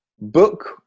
book